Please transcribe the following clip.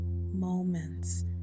moments